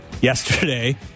yesterday